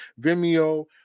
Vimeo